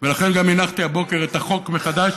ולכן גם הנחתי הבוקר את החוק מחדש